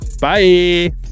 Bye